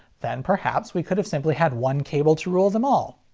then perhaps we could have simply had one cable to rule them all.